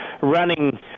running